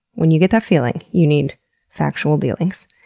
when you get that feeling, you need factual dealings.